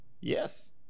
Yes